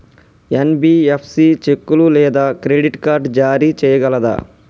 NBFC చెక్కులు లేదా credit card జారీ చేయగలదా?